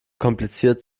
kompliziert